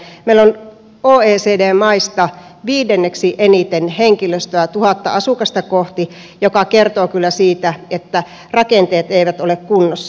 meillä on oecd maista viidenneksi eniten henkilöstöä tuhatta asukasta kohti mikä kertoo kyllä siitä että rakenteet eivät ole kunnossa